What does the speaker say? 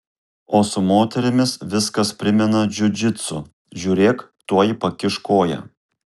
o su moterimis viskas primena džiudžitsu žiūrėk tuoj pakiš koją